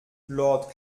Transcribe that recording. lord